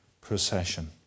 procession